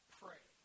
pray